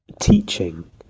teaching